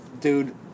dude